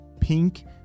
pink